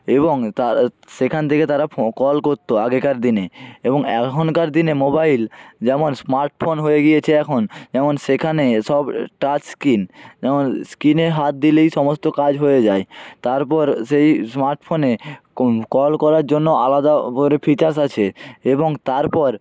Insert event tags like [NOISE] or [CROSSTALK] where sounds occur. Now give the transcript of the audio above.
এবং তা সেখান থেকে তারা ফোন কল করত আগেকার দিনে এবং এখনকার দিনে মোবাইল যেমন স্মার্ট ফোন হয়ে গিয়েছে এখন যেমন সেখানে সব টাচ স্ক্রিন যেমন স্ক্রিনে হাত দিলেই সমস্ত কাজ হয়ে যায় তারপর সেই স্মার্ট ফোনে [UNINTELLIGIBLE] কল করার জন্য আলাদা [UNINTELLIGIBLE] ফিচারস আছে এবং তারপর